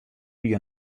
wie